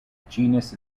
genus